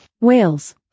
Wales